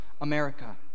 America